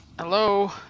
Hello